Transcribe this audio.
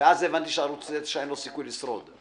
ואז הבנתי שלערוץ 9 אין סיכוי לשרוד.